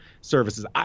services